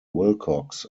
wilcox